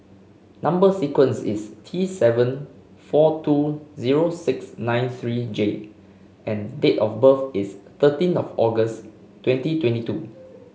number sequence is T seven four two zero six nine three J and date of birth is thirteen of August twenty twenty two